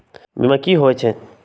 बीमा कि होई छई?